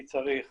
כי צריך